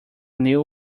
new